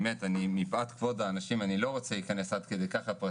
מפאת כבוד האנשים אני לא רוצה להיכנס לפרטים.